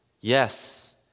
Yes